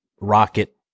Rocket